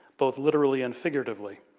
both literally and figuratively?